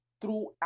throughout